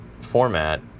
format